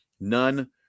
none